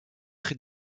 très